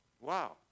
Wow